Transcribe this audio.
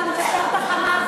אתה מסביר,